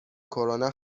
کرونا